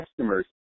customers